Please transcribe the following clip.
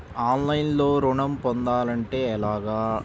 ఆన్లైన్లో ఋణం పొందాలంటే ఎలాగా?